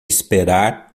esperar